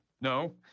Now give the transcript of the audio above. No